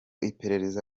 iperereza